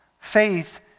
faith